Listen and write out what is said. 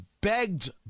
begged